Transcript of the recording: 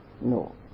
No